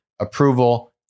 approval